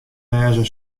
wêze